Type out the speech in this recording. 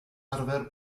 arfer